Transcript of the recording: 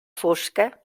fosca